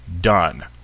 done